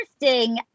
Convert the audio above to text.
interesting